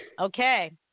Okay